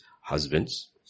Husbands